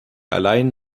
allein